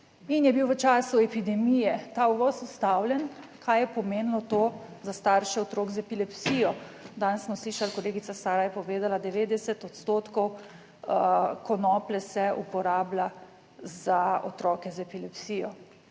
in je bil v času epidemije ta uvoz ustavljen, kaj je pomenilo to za starše otrok z epilepsijo? Danes smo slišali, kolegica Sara je povedala, 90 % konoplje se uporablja za 103.